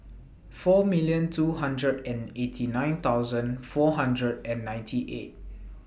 four million two hundred and eighty nine thousand four hundred and ninety eight